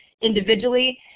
individually